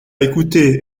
écouté